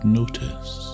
notice